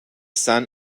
son